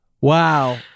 Wow